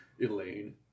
Elaine